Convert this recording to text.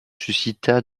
suscitera